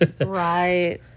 Right